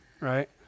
right